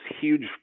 huge